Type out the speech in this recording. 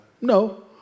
No